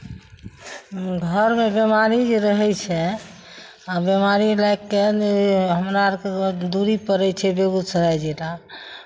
घरमे बिमारी जे रहै छै आ बिमारी लागि कऽ हमरा अरके घरसँ दूरी पड़ै छै बेगूसराय जिला